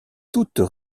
toutes